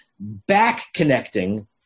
back-connecting